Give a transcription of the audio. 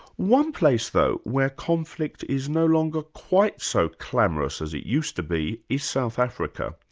one place though where conflict is no longer quite so clamorous as it used to be is south africa,